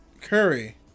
Curry